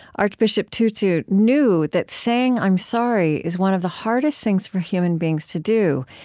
archbishop tutu knew that saying i'm sorry is one of the hardest things for human beings to do,